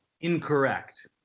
Incorrect